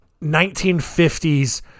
1950s